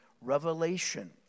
revelation